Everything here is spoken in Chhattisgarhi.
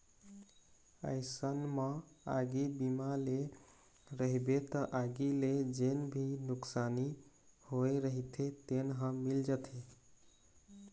अइसन म आगी बीमा ले रहिबे त आगी ले जेन भी नुकसानी होय रहिथे तेन ह मिल जाथे